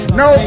no